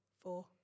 four